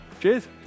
Cheers